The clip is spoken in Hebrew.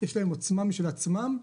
יש להם עוצמה משל עצמם,